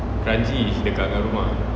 I go kranji is dekat dengan rumah